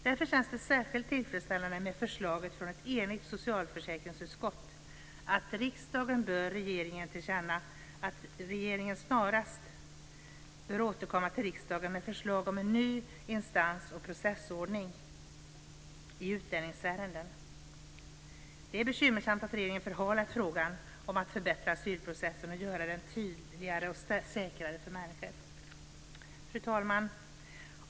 Därför känns det särskilt tillfredsställande med förslaget från ett enigt socialförsäkringsutskott, att riksdagen bör ge regeringen till känna att regeringen snarast bör återkomma till riksdagen med förslag om en ny instans och processordning i utlänningsärenden. Det är bekymmersamt att regeringen förhalat frågan om att förbättra asylprocessen och göra den tydligare och säkrare för människor. Fru talman!